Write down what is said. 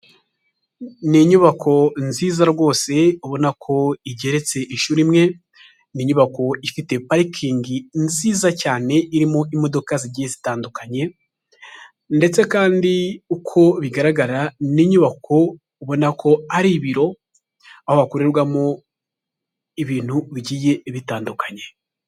Ni inyubako nziza rwose ubona ko igeretse inshuro imwe, ni inyubako ifite parikingi nziza cyane irimo imodoka zigiye zitandukanye ndetse kandi uko bigaragara, ni inyubako ubona ko ari ibiro, aho hakorerwamo ibintu bigiye bitandukanye.